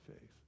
faith